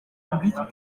publics